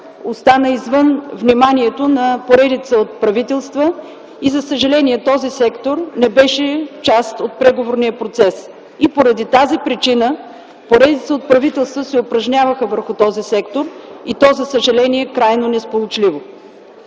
остана извън вниманието на поредица от правителства и за съжаление този сектор не беше част от преговорния процес. Поради тази причина поредица от правителства се упражняваха върху този сектор и то, за съжаление, крайно несполучливо.